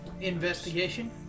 Investigation